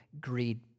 greed